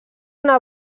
una